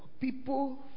people